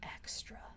extra